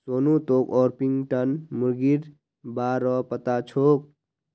सोनू तोक ऑर्पिंगटन मुर्गीर बा र पता छोक